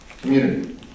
community